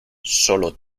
solo